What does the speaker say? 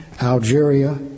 Algeria